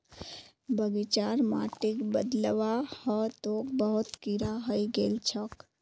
बगीचार माटिक बदलवा ह तोक बहुत कीरा हइ गेल छोक